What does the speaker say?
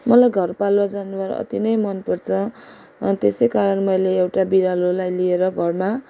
मलाई घरपालुवा जनावर अति नै मनपर्छ अनि त्यसै कारण मैले एउटा बिरालोलाई लिएर घरमा